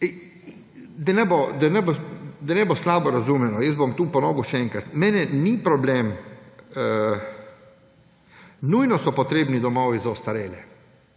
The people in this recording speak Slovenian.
Da ne bo slabo razumljeno, jaz bom tu ponovil še enkrat, meni ni problem, nujno so potrebni domovi za ostarele.